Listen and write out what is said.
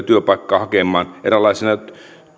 työpaikkaa hakemaan eräänlaisena